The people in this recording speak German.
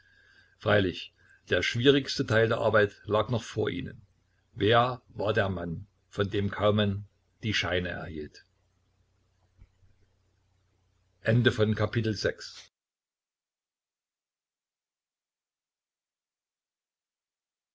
freilich der schwierigste teil der arbeit lag noch vor ihnen wer war der mann von dem kaumann die scheine erhielt